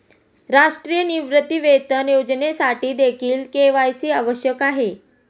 राष्ट्रीय निवृत्तीवेतन योजनेसाठीदेखील के.वाय.सी आवश्यक आहे